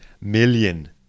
million